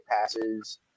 passes